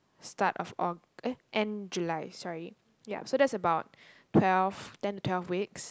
start of Aug eh end July sorry ya so that's about twelve ten to twelve weeks